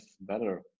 better